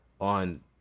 on